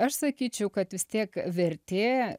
aš sakyčiau kad vis tiek vertė